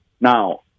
Now